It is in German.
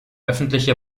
öffentliche